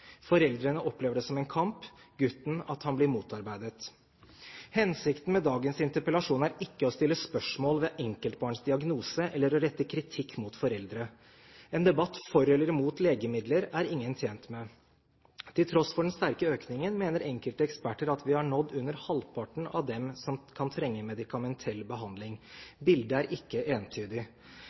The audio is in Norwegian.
Foreldrene opplever det som en kamp, gutten at han blir motarbeidet. Hensikten med dagens interpellasjon er ikke å stille spørsmål ved enkeltbarns diagnose eller å rette kritikk mot foreldre. En debatt for eller imot legemidler er ingen tjent med. Til tross for den sterke økningen mener enkelte eksperter at vi har nådd under halvparten av dem som kan trenge medikamentell behandling. Bildet er ikke entydig.